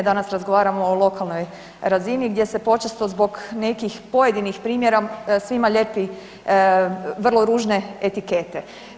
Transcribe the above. Danas razgovaramo o lokalnoj razni gdje se počesto zbog nekih pojedinih primjera svima lijepi vrlo ružne etikete.